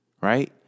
Right